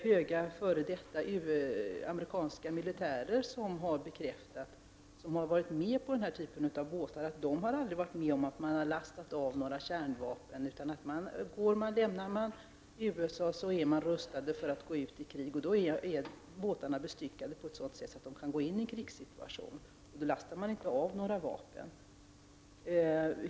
Höga f.d. amerikanska militärer som har varit med på denna typ av båtar har bekräftat att de aldrig varit med om att man har lastat av några kärnvapen. Lämnar man USA, är man rustad för att gå ut i krig. Då är båtarna bestyckade på ett sådant sätt att de kan gå in i en krigssituation. Man lastar inte av några vapen.